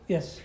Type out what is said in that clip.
Yes